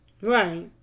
Right